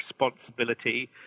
responsibility